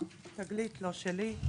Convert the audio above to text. לא, זה 'תגלית', לא שלי.